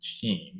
team